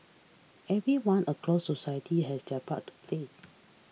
everyone across society has their part to play